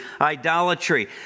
idolatry